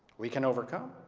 we can overcome.